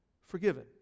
forgiven